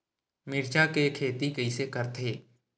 मिरचा के खेती कइसे करथे?